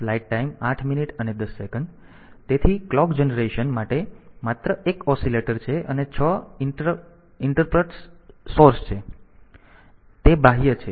તેથી clock generation માટે માત્ર 1 ઓસિલેટર છે અને 6 ઇન્ટરપ્ટ્સ સોર્સ છે તે બાહ્ય છે